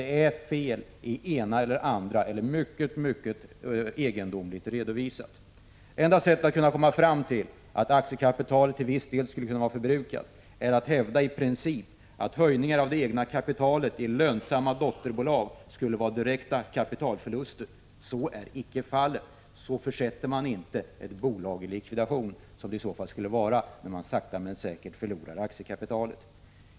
Det är fel i en av dem -— eller också är det mycket egendomligt redovisat. Enda sättet att komma fram till att aktiekapitalet skulle kunna vara Prot. 1985/86:155 förbrukat till viss del är att hävda i princip att höjningar av det egna kapitalet i 29 maj 1986 lönsamma dotterbolag skulle vara direkta kapitalförluster. Så är inte fallet. Så försätter man inte ett bolag i likvidation — vilket det skulle vara fråga om, när man sakta men säkert förlorar aktiekapitalet.